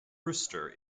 rooster